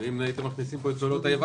אם הייתם מכניסים פה את פעולות האיבה